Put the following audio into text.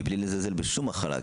מבלי לזלזל בשום מחלה,